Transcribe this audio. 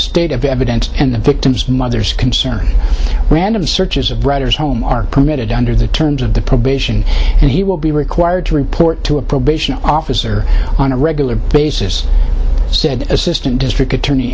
state of evidence and the victim's mother's concerns random searches of brothers home are permitted under the terms of the probation and he will be required to report to a probation officer on a regular basis said assistant district attorney